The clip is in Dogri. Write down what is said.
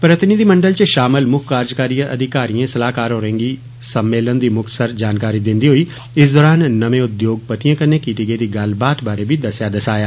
प्रतिनिधिमंडल च शामल मुक्ख कार्जकारी अधिकारियें सलाहकार होरेंगी सम्मेलन दी मुख्तसर जानकारी दिन्दे होई इस दोरान नमें उद्योगपतियें कन्नै कीत्ती गेदी गल्ल बात बारै भी दस्सेया दसाया